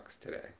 today